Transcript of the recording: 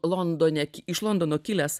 londone iš londono kilęs